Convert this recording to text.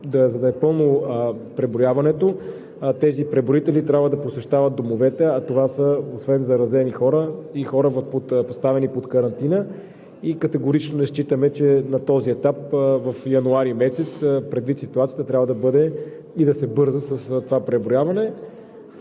за да е пълно преброяването тези преброители трябва да посещават домовете, а това, освен заразени хора, са и хора, поставени под карантина. Категорично не считаме, че на този етап през месец януари предвид ситуацията трябва да се бърза с това преброяване.